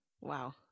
Wow